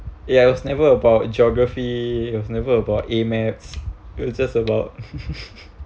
ya it was never about geography it was never about add maths it was just about